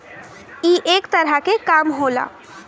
ई एक तरह के काम होला